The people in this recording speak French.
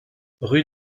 rue